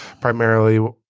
primarily